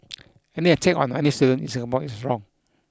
any attack on any student in Singapore is wrong